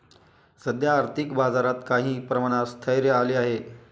सध्या आर्थिक बाजारात काही प्रमाणात स्थैर्य आले आहे